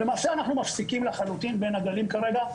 למעשה אנחנו מפסיקים לחלוטין בין הגלים כרגע,